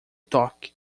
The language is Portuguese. toque